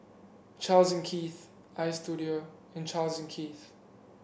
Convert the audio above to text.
Charles and Keith Istudio and Charles and Keith